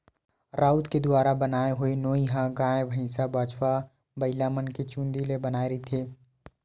राउत के दुवारा बनाय होए नोई ह गाय, भइसा, बछवा, बइलामन के चूंदी ले बनाए रहिथे